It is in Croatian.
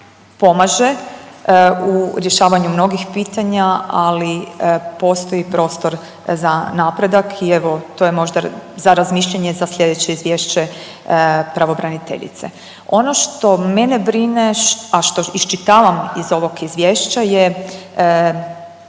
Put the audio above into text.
pomaže u rješavanju mnogih pitanja, ali postoji prostor za napredak i evo to je možda za razmišljanje za sljedeće izvješće pravobraniteljice. Ono što mene brine, a što iščitavam iz ovog izvješća je